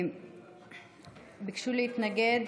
ביקשו להתנגד.